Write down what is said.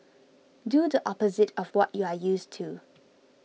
do the opposite of what you are used to